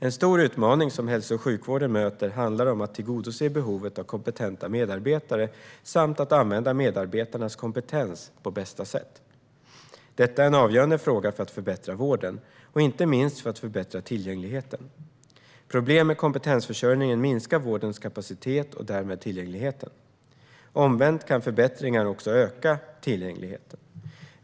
En stor utmaning som hälso och sjukvården möter handlar om att tillgodose behovet av kompetenta medarbetare och att använda medarbetarnas kompetens på bästa sätt. Detta är en avgörande fråga för att förbättra vården, och inte minst för att förbättra tillgängligheten. Problem med kompetensförsörjningen minskar vårdens kapacitet och därmed tillgängligheten. Omvänt kan förbättringar också öka tillgängligheten.